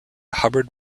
hubbard